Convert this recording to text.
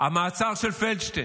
המעצר של פלדשטיין.